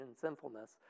sinfulness